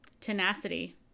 Tenacity